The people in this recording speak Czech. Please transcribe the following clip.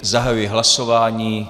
Zahajuji hlasování.